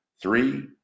three